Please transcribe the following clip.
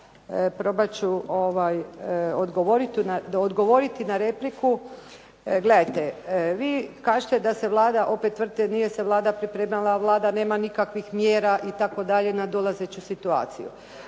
probat ću odgovoriti na repliku. Gledajte, vi kažete da se Vlada, opet tvrdite nije se Vlada pripremala, Vlada nema nikakvih mjera itd. na dolazeću situaciju.